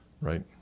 Right